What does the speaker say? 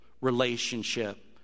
relationship